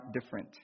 different